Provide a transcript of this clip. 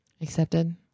accepted